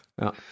Ja